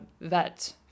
vet